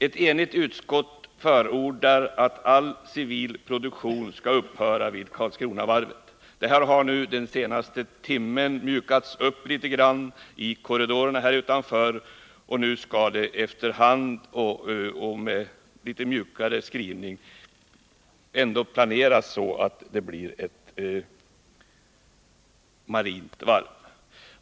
Ett enigt utskott förordar att all civil produktion skall upphöra vid Karlskronavarvet. Denna utskottets skrivning har nu rättats så att endast en neddragning av den civila nybyggnadsverksamheten skall ske.